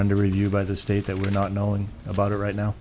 under review by the state that we're not knowing about it right now